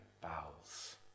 bowels